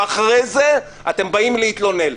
ואחרי זה אתם באים להתלונן.